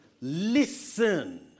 listen